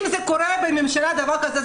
אם קורה בממשלה דבר כזה,